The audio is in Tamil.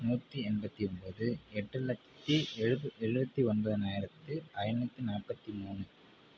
நூற்றி எண்பத்தி ஒன்போது எட்டு லட்சத்தி எழுவ எழுபத்தி ஒன்பதனாயிரத்து ஐநூற்றி நாற்பத்தி மூணு